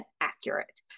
accurate